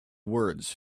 words